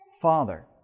Father